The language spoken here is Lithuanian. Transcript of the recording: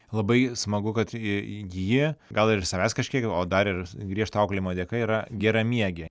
labai smagu kad įgyji gal ir savęs kažkiek o dar ir griežto auklėjimo dėka yra geramiegė